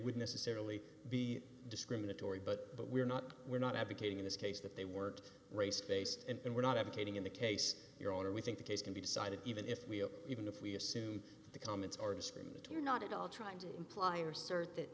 would necessarily be discriminatory but but we're not we're not advocating in this case that they weren't race based and we're not advocating in the case your honor we think the case can be decided even if we even if we assume that the comments are discriminatory not at all trying to imply or cert that